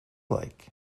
like